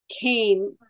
came